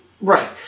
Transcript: Right